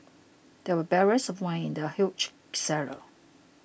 there were barrels of wine in the huge cellar